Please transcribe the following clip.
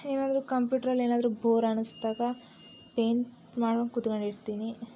ಏನಾದರೂ ಕಂಪ್ಯೂಟ್ರಲ್ಲೇನಾದರೂ ಬೋರ್ ಅನಿಸಿದಾಗ ಪೈಂಟ್ ಮಾಡೋಕ್ಕೆ ಕುತ್ಗಂಡಿರ್ತೀನಿ